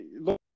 look